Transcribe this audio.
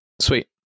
Sweet